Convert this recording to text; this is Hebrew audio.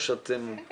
כן.